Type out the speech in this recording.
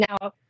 Now